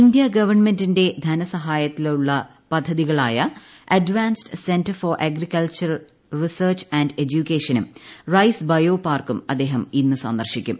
India ഗവൺമെന്റിന്റെ ധനസഹായത്താലുള്ള പദ്ധതികളായ advanced centre for agriculture research and എഡ്യുക്കേഷനും റൈസ് ബയോ പാർക്കും അദ്ദേഹം ഇന്ന് സന്ദർശിക്കും